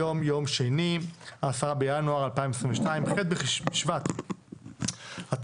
היום יום שני, 10 בינואר 2022, ח' בשבט התשפ"ב.